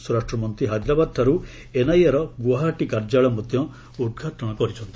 ସ୍ୱରାଷ୍ଟ୍ରମନ୍ତ୍ରୀ ହାଇଦ୍ରାବାଦଠାରୁ ଏନ୍ଆଇଏର ଗୁଆହାଟୀ କାର୍ଯ୍ୟାଳୟର ମଧ୍ୟ ଉଦ୍ଘାଟନ କରିଛନ୍ତି